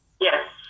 Yes